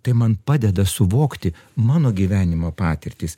tai man padeda suvokti mano gyvenimo patirtis